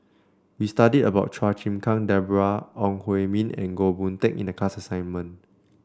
we studied about Chua Chim Kang Deborah Ong Hui Min and Goh Boon Teck in the class assignment